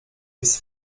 ist